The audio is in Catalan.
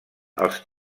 els